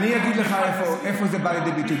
אני אגיד לך איפה זה בא לידי ביטוי.